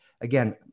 Again